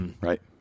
right